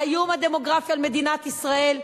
האיום הדמוגרפי על מדינת ישראל,